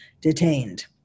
detained